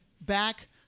back